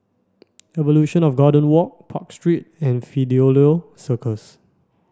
Evolution of Garden Walk Park Street and Fidelio Circus